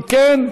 אם כן,